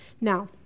Now